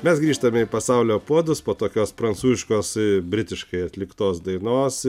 mes grįžtame į pasaulio puodus po tokios prancūziškos britiškai atliktos dainos